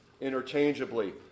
interchangeably